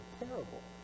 terrible